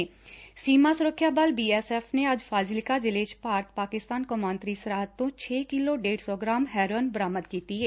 ਸੀਮਾ ਸੁਰੱਖਿਆ ਬਲ B S F ਨੇ ਅੱਜ ਫਾਜ਼ਿਲਕਾ ਜਿਲ੍ਹੇ 'ਚ ਭਾਰਤ ਪਾਕਿਸਤਾਨ ਕੌਮਾਂਤਰੀ ਸਰਹੱਦ ਤੋ' ਛੇ ਕਿਲੋ ਡੇਢ ਸੌ ਗਰਾਮ ਹੈਰੋਇਨ ਬਰਾਮਦ ਕੀਤੀ ਏ